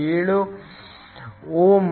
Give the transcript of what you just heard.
07 ohm